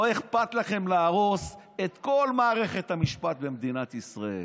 לא אכפת לכם להרוס את כל מערכת המשפט במדינת ישראל,